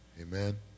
Amen